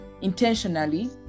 intentionally